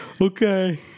Okay